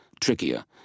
trickier